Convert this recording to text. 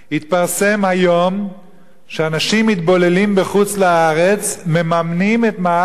התפרסם היום שאנשים מתבוללים בחוץ-לארץ מממנים את "מאהל הפראיירים"